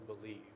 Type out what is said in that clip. believe